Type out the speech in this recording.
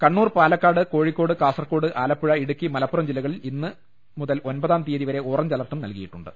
കണ്ണൂർ പാലക്കാട് കോഴിക്കോട് കാസർകോട് ആലപ്പുഴ ഇടുക്കി മലപ്പുറം ജില്ലക ളിൽ ഇന്ന് മുതൽ ഒൻപതാം തീയതി വരെ ഓറഞ്ച് അലർട്ടും നൽകിയിട്ടുണ്ട്